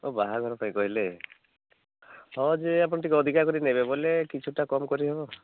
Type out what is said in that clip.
ଓ ବାହାଘର ପାଇଁ କହିଲେ ହଁ ଯେ ଆପଣ ଟିକେ ଅଧିକା କରି ନେବେ ବୋଲେ କିଛିଟା କମ୍ କରି ହେବ